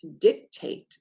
dictate